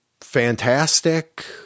fantastic